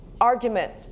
argument